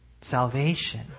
salvation